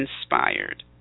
inspired